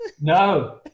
No